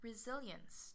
resilience